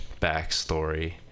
backstory